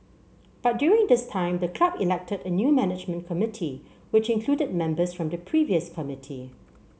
but during this time the club elected a new management committee which included members from the previous committee